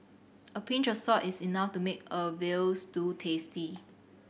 a pinch of salt is enough to make a veal stew tasty